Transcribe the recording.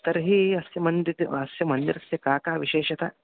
तर्हि अस्य मन्दिरम् अस्य मन्दिरस्य का का विशेषता